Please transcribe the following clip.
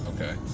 Okay